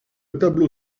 tableau